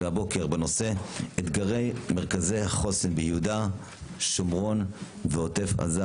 והבוקר בנושא אתגרי מרכזי החוסן ביהודה שומרון ועוטף עזה,